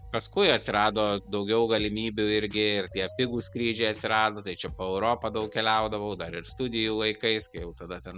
paskui atsirado daugiau galimybių irgi ir tie pigūs skrydžiai atsirado tai čia po europą daug keliaudavau dar ir studijų laikais kai jau tada ten